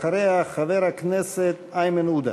אחריה, חבר הכנסת איימן עודה.